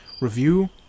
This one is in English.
review